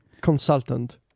consultant